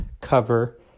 cover